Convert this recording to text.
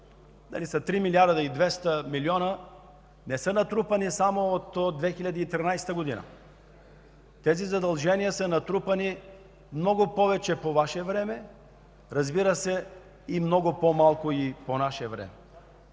3 милиарда 200 милиона, не са натрупани само през 2013 г. Тези задължения са натрупани много повече по Ваше време и много по-малко – по наше.